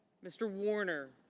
mr. warner.